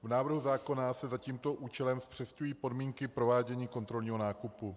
V návrhu zákona se za tímto účelem zpřesňují podmínky provádění kontrolního nákupu.